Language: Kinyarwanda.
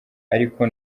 ariko